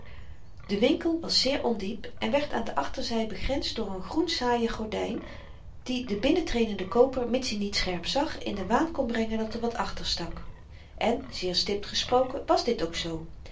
de winkel was zeer ondiep en werd aan de achterzy begrensd door n groen saaien gordyn die den binnentredenden kooper mits i niet scherp zag in den waan kon brengen dat er wat achter stak en zeer stipt gesproken was dit ook zoo